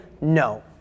no